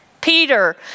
Peter